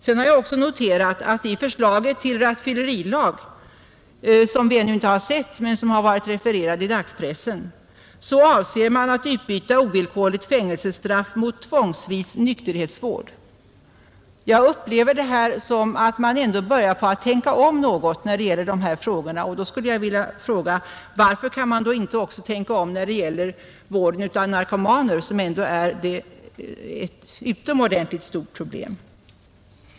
Sedan har jag också noterat att i förslaget till rattfyllerilag, som vi ännu inte har sett men som har varit refererat i dagspressen, avser man att utbyta ovillkorligt fängelsestraff mot tvångsvis nykterhetsvård. Jag upplever detta som att man ändå börjar tänka om något när det gäller dessa problem, och då skulle jag vilja fråga: Varför kan man inte också tänka om när det gäller vården av narkomaner, som ändå är ett utomordentligt stort problem?